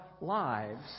lives